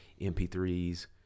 MP3s